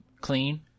clean